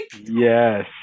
yes